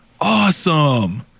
Awesome